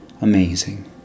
amazing